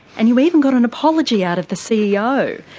and you even got an apology out of the ceo.